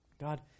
God